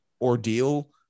ordeal